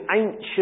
ancient